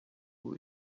who